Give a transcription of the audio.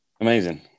amazing